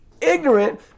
ignorant